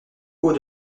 haut